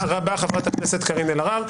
תודה רבה, חברת הכנסת קארין אלהרר.